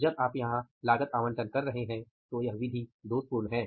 जब आप यहां लागत आवंटन कर रहे हैं तो यह विधि दोषपूर्ण है